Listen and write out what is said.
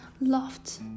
loft